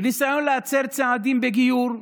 בניסיון להצר צעדים בגיור,